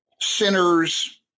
sinners